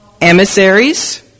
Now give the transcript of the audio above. emissaries